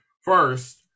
first